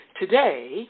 today